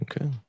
Okay